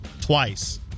twice